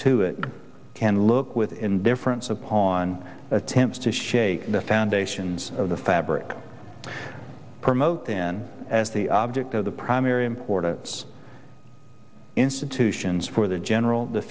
friend can look with indifference upon attempts to shake the foundations of the fabric promote then as the object of the primary importance institutions for the general the